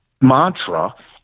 mantra